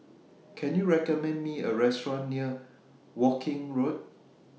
Can YOU recommend Me A Restaurant near Woking Road